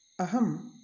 अहम्